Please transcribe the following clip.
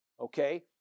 okay